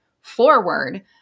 forward